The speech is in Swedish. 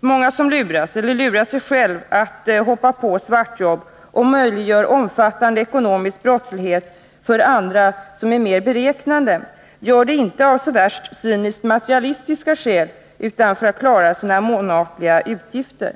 Många som luras eller lurar sig själva att hoppa på svartjobb och möjliggör omfattande ekonomisk brottslighet för andra, som är mer beräknande, gör det inte av så värst cyniskt materialistiska skäl utan för att klara sina månatliga utgifter.